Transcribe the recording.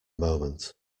moment